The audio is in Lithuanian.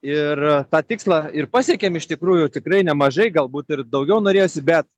ir tą tikslą ir pasiekėm iš tikrųjų tikrai nemažai galbūt ir daugiau norėjosi bet